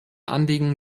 anliegen